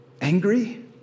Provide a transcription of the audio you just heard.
Angry